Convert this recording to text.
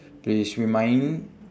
please remind